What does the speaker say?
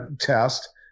test